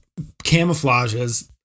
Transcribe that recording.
camouflages